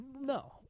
No